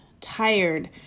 tired